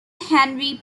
henry